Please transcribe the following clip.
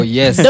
yes